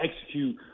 execute